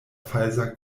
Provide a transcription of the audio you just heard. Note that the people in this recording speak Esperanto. falsa